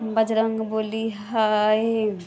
बजरङ्गबली हइ